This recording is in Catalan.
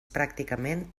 pràcticament